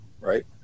right